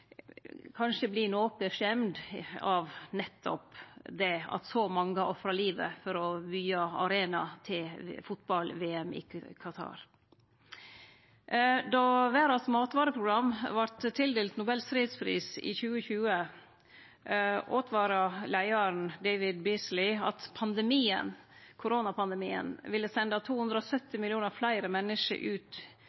kanskje vert noko skjemt av nettopp det – at så mange har ofra livet for å byggje arena til fotball-VM i Qatar. Då Verdas matvareprogram vart tildelt Nobels fredspris i 2020, åtvara leiaren David Beasley mot at koronapandemien ville sende 270 millionar fleire menneske ut i eit svolttilvære, som han sa, og